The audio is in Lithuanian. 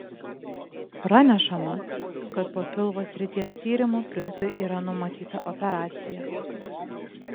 pranešama kad po pilvo srities tyrimų princui yra numatyta operacija